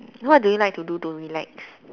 what do you like to do to relax